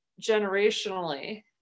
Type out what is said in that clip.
generationally